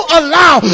allow